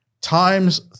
times